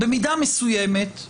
במידה מסוימת,